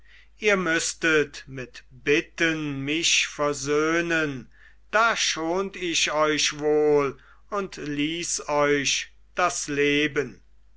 ihr müßtet mit bitten mich versöhnen da schont ich euch wohl und ließ euch das leben